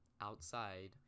outside